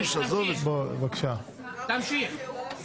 תמשיך.